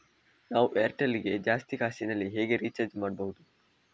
ನಾವು ಏರ್ಟೆಲ್ ಗೆ ಜಾಸ್ತಿ ಕಾಸಿನಲಿ ಹೇಗೆ ರಿಚಾರ್ಜ್ ಮಾಡ್ಬಾಹುದು?